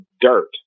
dirt